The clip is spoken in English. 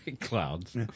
Clouds